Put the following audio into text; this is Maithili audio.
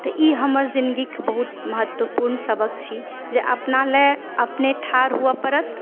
तऽ ई हमर जिंदगीके बहुत महत्वपूर्ण सबक छी जे अपना लेल अपने ठाढ़ हुअ परत